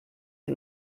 den